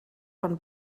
von